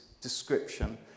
description